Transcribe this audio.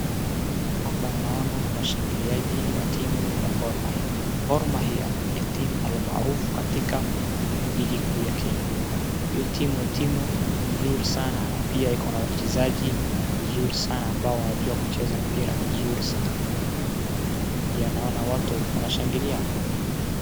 Hapa naona washangiliaji wa timu ya gormahia. Gormahia ni timu almaarufu katika ligi kuu ya Kenya. Hiyo timu ni timu nzuri sana na pia ikona wachezaji wazuri sana ambao wanajua kucheza mpira vizuri sana. Pia naona watu wanashangilia.